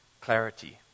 clarity